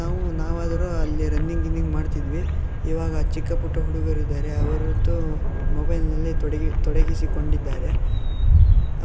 ನಾವು ನಾವಾದರೂ ಅಲ್ಲಿ ರನ್ನಿಂಗ್ ಗಿನ್ನಿಂಗ್ ಮಾಡ್ತಿದ್ವಿ ಇವಾಗ ಚಿಕ್ಕಪುಟ್ಟ ಹುಡುಗರಿದ್ದಾರೆ ಅವರು ಮೊಬೈಲ್ನಲ್ಲಿ ತೊಡಗಿ ತೊಡಗಿಸಿಕೊಂಡಿದ್ದಾರೆ